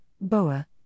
BOA